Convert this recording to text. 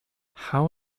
how